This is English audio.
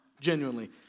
genuinely